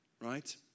right